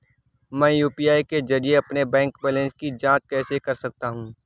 मैं यू.पी.आई के जरिए अपने बैंक बैलेंस की जाँच कैसे कर सकता हूँ?